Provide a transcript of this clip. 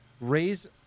raise